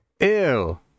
Ew